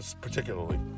particularly